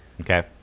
okay